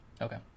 Okay